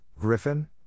Griffin